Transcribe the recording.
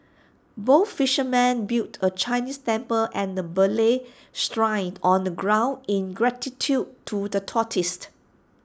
both fishermen built A Chinese temple and A Malay Shrine on the ground in gratitude to the